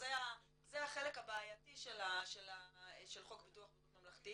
זה החלק הבעייתי של חוק ביטוח בריאות ממלכתי,